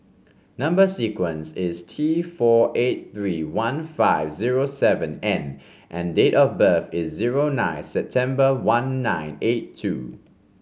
number sequence is T four eight three one five zero seven N and date of birth is zero nine September one nine eight two